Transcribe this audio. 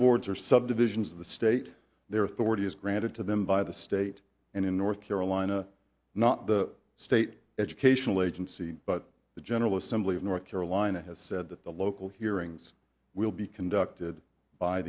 boards are subdivisions of the state their authority is granted to them by the state and in north carolina not the state educational agency but the general assembly of north carolina has said that the local hearings will be conducted by